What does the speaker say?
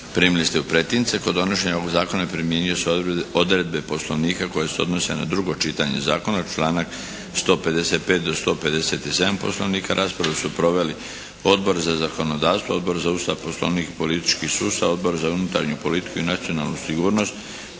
primili ste u pretince. Kod donošenja ovog zakona primjenjuju se odredbe Poslovnika koje se odnose na drugo čitanje zakona, članak 155. do 157. Poslovnika. Raspravu su proveli Odbor za zakonodavstvo, Odbor za Ustav, Poslovnik i politički sustav, Odbor za unutarnju politiku i nacionalnu sigurnost